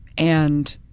and